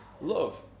love